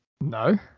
no